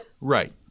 Right